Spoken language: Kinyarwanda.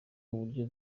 uburyo